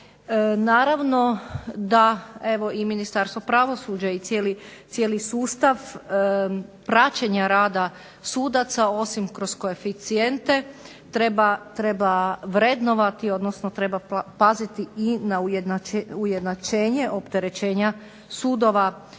Naravno da evo i Ministarstvo pravosuđa i cijeli sustav praćenja rada sudaca osim kroz koeficijente treba vrednovati odnosno treba paziti i na ujednačenje opterećenja sudova